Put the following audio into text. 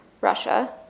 Russia